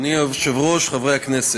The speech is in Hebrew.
אדוני היושב-ראש, חברי חברי הכנסת,